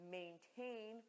maintain